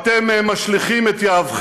מקללים?